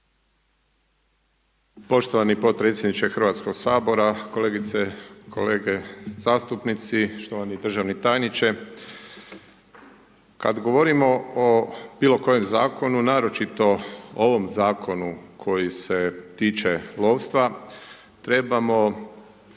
Poštovani potpredsjedniče Hrvatskog sabora, kolegice, kolege zastupnici, štovani državni tajniče. Kad govorimo o bilokojem zakonu, naročito ovom zakonu koji se tiče lovstva, trebamo